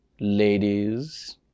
Ladies